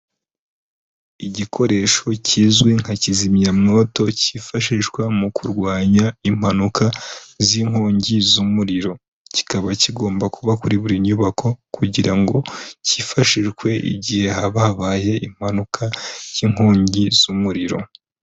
Igikoresho kizwi nka kizimyamwoto cyifashishwa mu kurwanya impanuka z'inkongi z'umuriro, kikaba kigomba kuba kuri buri nyubako kugira ngo cyifashishwe igihe haba habaye impanuka y'inkongi z'umuriro.